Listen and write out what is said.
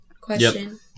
question